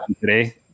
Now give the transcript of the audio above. today